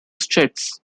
sheaths